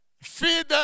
feed